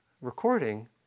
recording